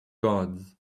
gods